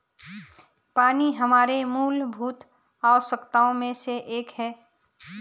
पानी हमारे मूलभूत आवश्यकताओं में से एक है